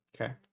Okay